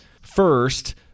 First